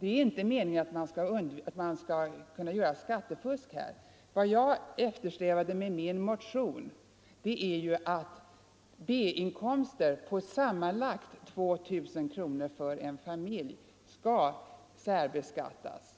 Det är inte meningen att man skall kunna skattefuska här. Vad jag eftersträvat med min motion är ju att B-inkomster på sammanlagt 2 000 kronor för en familj skall särbeskattas.